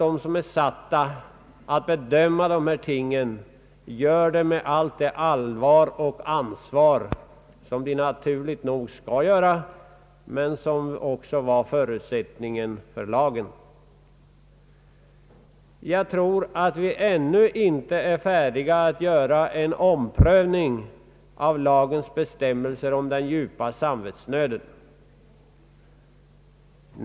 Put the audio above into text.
De som är satta att bedöma dessa frågor gör det med tillbörligt iakttagande av det allvar och ansvar som var en förutsättning för lagen. Vi är ännu inte färdiga att göra en ändring av lagens bestämmelser om »djup samvetsnöd».